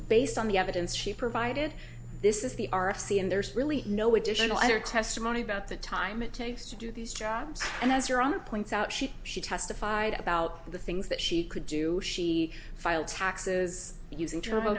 based on the evidence she provided this is the r f c and there's really no additional other testimony about the time it takes to do these jobs and as your own points out she she testified about the things that she could do she file taxes using turbo